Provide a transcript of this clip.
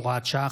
הוראת שעה,